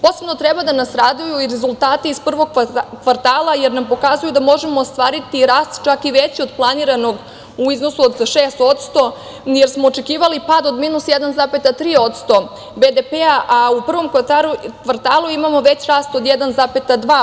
Posebno treba da nas raduju i rezultati iz prvog kvartala, jer nam pokazuju da možemo ostvariti rast čak i veći od planiranog u iznosu od 6%, jer smo očekivali pad od -1,3%BDP-a, a u prvom kvartalu imamo već rast od 1,2%